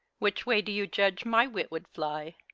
which way do you judge my wit would fly?